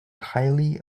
highly